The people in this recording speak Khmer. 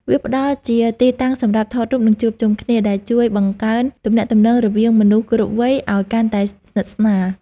វាផ្ដល់ជាទីតាំងសម្រាប់ថតរូប និងជួបជុំគ្នា ដែលជួយបង្កើនទំនាក់ទំនងរវាងមនុស្សគ្រប់វ័យឱ្យកាន់តែស្និទ្ធស្នាល។